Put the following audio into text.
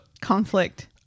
conflict